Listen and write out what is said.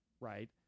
right